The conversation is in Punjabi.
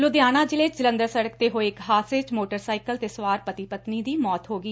ਲੁਧਿਆਣਾ ਜਿਲੇ 'ਚ ਜਲੰਧਰ ਸੜਕ ਤੇ ਹੋਏ ਇਕ ਹਾਦਸੇ 'ਚ ਮੋਟਰਸਾਈਕਲ ਤੇ ਸਵਾਰ ਪਤੀ ਪਤਨੀ ਦੀ ਮੌਤ ਹੋ ਗਈ